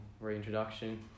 reintroduction